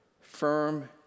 firm